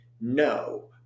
No